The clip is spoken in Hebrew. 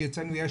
אצלנו יש